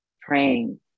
praying